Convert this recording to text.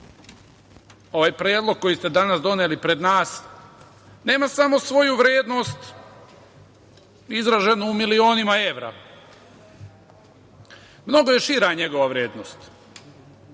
ovaj predlog koji ste danas doneli pred nas nema samo svoju vrednost izraženu u milionima evra. Mnogo je šira njegova vrednost.